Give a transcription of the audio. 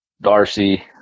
Darcy